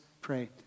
pray